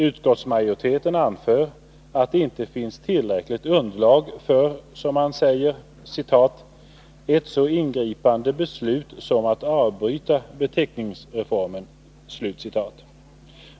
Utskottsmajoriteten anför att det inte finns tillräckligt underlag för, som man säger, ”ett så ingripande beslut som att avbryta beteckningsreformen”.